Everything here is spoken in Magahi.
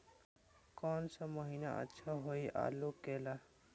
कौन सा महीना अच्छा होइ आलू के ला?